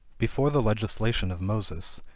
before the legislation of moses,